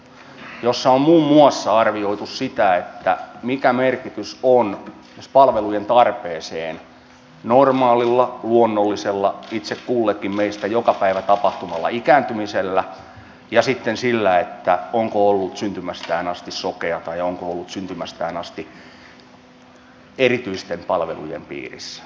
siinä on muun muassa arvioitu sitä mikä merkitys on palvelujen tarpeeseen normaalilla luonnollisella itse kullekin meistä joka päivä tapahtuvalla ikääntymisellä ja sitten sillä onko ollut syntymästään asti sokea tai onko ollut syntymästään asti erityisten palvelujen piirissä